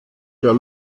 der